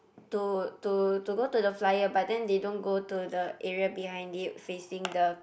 to to to go to the flyer but then they don't go to the area behind it facing the